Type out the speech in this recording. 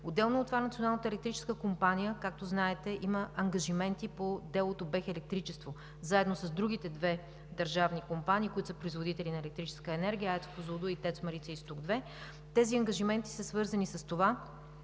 Отделно от това Националната електрическа компания, както знаете, има ангажименти по делото „БЕХ Електричество“, заедно с другите две държавни компании, които са производители на електрическа енергия – АЕЦ „Козлодуй“ и ТЕЦ „Марица изток 2“. Тези ангажименти са свързани с това